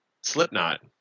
Slipknot